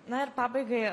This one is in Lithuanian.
na ir pabaigai